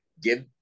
give